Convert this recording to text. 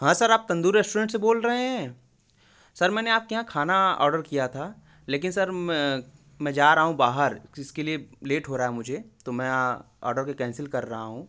हाँ सर आप तंदूरी रेस्टोरेंट से बोल रहे हैं सर मैंने आपके यहाँ खाना ऑर्डर किया था लेकिन सर मैं जा रहा हूँ बाहर जिसके लिए लेट हो रहा है मुझे तो मैं ऑर्डर कैंसिल के कर रहा हूँ